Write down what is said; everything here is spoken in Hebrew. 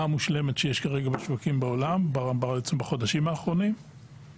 המושלמת שיש כרגע בשווקים בעולם בחודשים האחרונים.